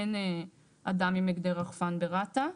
אין אדם עם הגדר רחפן ברת"א.